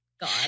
god